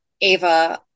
Ava